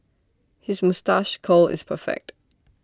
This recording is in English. his moustache curl is perfect